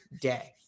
day